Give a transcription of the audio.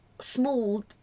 small